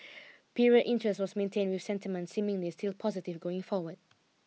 period interest was maintained with sentiment seemingly still positive going forward